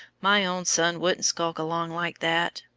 my own son wouldn't skulk along like that.